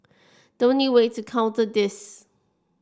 the only way to counter this